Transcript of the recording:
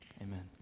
Amen